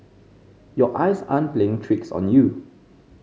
your eyes aren't playing tricks on you